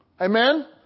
Amen